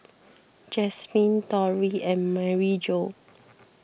Jasmyne Torry and Maryjo